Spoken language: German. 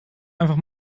einfach